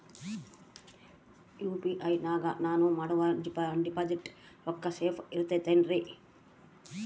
UPI ನಾಗ ನಾನು ಮಾಡೋ ಡಿಪಾಸಿಟ್ ರೊಕ್ಕ ಸೇಫ್ ಇರುತೈತೇನ್ರಿ?